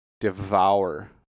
devour